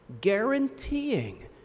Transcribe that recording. guaranteeing